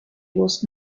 was